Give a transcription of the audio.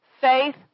Faith